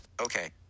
Okay